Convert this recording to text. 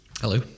Hello